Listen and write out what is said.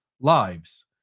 lives